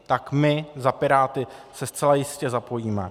Tak my za Piráty se zcela jistě zapojíme.